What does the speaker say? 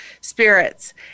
spirits